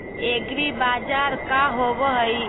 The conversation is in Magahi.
एग्रीबाजार का होव हइ?